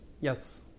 Yes